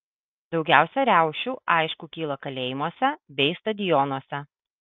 daugiausiai riaušių aišku kyla kalėjimuose bei stadionuose